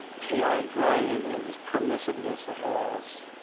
chaotic driving and this permissiveness has